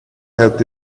helped